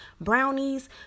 brownies